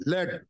Let